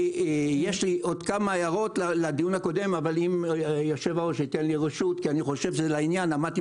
יש לי עוד כמה הערות לדיון הקודם כי אני חושב שזה לעניין עמדתי